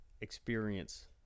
experience